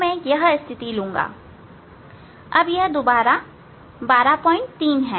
मैं यह स्थिति लूंगा अब यह दोबारा 123 है